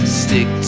stick